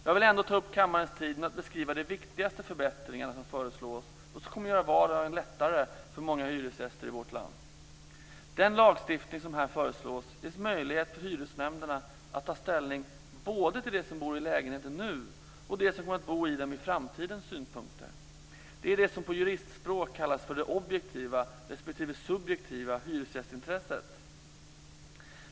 Jag vill ändå ta upp kammarens tid med att beskriva de viktigaste förbättringarna som föreslås och som kommer att göra vardagen lättare för många hyresgäster i vårt land. Den lagstiftning som här föreslås ger möjlighet för hyresnämnderna att ta ställning både till dem som bor i lägenheterna nu och till dem som kommer att bo i dem i framtiden. Det är det som på juristspråk kallas det objektiva respektive subjektiva hyresgästintresset.